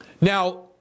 Now